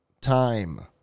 time